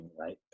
right